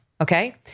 okay